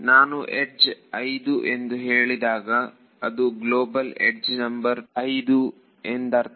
ನಾನು ಯಡ್ಜ್ 5 ಎಂದು ಹೇಳಿದಾಗ ಅದು ಗ್ಲೋಬಲ್ ಯಡ್ಜ್ ನಂಬರ್ 5 ಎಂದರ್ಥ